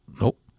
nope